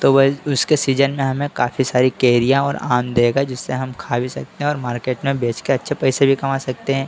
तो वह उसके सीजन में हमें काफ़ी सारी कैरियाँ और आम देगा जिसे हम खा भी सकते हैं और मार्केट में बेच कर अच्छे पैसे भी कमा सकते हें